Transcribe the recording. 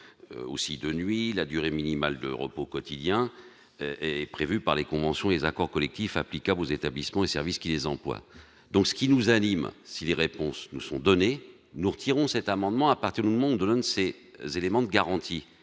aussi de nuit, la durée minimale de repos quotidien est prévue par les conventions, des accords collectifs applicable aux établissements et services qui les emploie, donc ce qui nous anime, si les réponses nous sont données, nous retirons cet amendement à partir du monde de Lindsay, élément de garantie,